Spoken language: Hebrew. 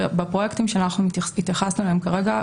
בפרויקטים שאנחנו התייחסנו אליהם כרגע,